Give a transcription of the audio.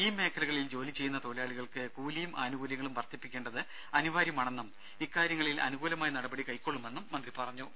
ഈ മേഖലകളിൽ ജോലിചെയ്യുന്ന തൊഴിലാളികൾക്ക് കൂലിയും ആനുകൂല്യങ്ങളും വർദ്ധിപ്പിക്കേണ്ടത് അനിവാര്യമാണെന്നും ഇക്കാര്യങ്ങളിൽ അനുകൂലമായ നടപടി കൈക്കൊള്ളുമെന്നും മന്ത്രി പറഞ്ഞു